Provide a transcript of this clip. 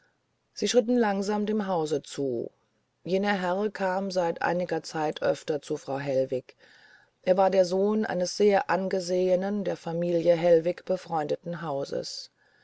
sie schritten langsam dem hause zu jener herr kam seit einiger zeit öfter zu frau hellwig er war der sohn eines sehr angesehenen der familie hellwig befreundeten hauses